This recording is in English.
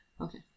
Okay